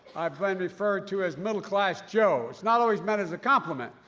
i've been referred to as middle class joe. it's not always meant as a compliment.